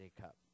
cup